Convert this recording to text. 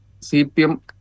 CPM